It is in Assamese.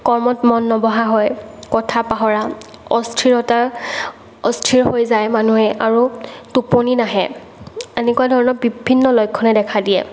কৰ্মত মন নবহা হয় কথা পাহৰা অস্থিৰতা অস্থিৰ হৈ যায় মানুহে আৰু টোপনি নাহে এনেকুৱা ধৰণৰ বিভিন্ন লক্ষ্যণে দেখা দিয়ে